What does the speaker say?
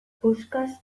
puskaz